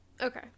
Okay